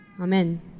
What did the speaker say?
Amen